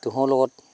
তুঁহৰ লগত